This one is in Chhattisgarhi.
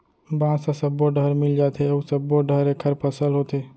बांस ह सब्बो डहर मिल जाथे अउ सब्बो डहर एखर फसल होथे